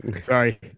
sorry